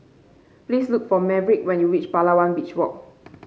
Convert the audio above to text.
please look for Maverick when you reach Palawan Beach Walk